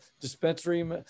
dispensary